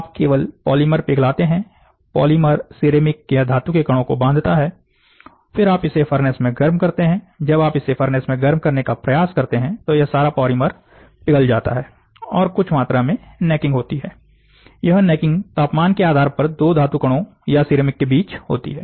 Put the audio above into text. आप केवल पॉलीमर पिघलाते हैं पॉलीमर सिरेमिक या धातु के कणों को बांधता है फिर आप इसे फर्नेस में गर्म करते हैं जब आप इसे फर्नेस में गर्म करने का प्रयास करते हैं तो यह सारा पॉलीमर पिघल जाता है और कुछ मात्रा में नेकिंग होती है यह नेकिंग तापमान के आधार पर दो धातु कणों या सिरेमिक के बीच होती है